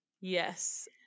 Yes